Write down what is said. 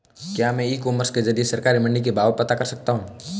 क्या मैं e commerce के ज़रिए सरकारी मंडी के भाव पता कर सकता हूँ?